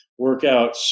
workouts